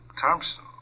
Thompson